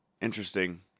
Interesting